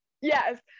Yes